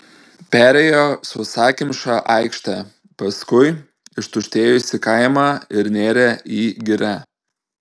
perėjo sausakimšą aikštę paskui ištuštėjusį kaimą ir nėrė į girią